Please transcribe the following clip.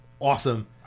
Awesome